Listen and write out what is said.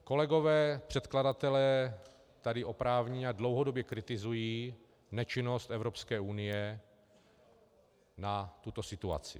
Kolegové předkladatelé tady oprávněně a dlouhodobě kritizují nečinnost Evropské unie na tuto situaci.